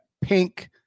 pink